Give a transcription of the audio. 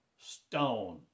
stone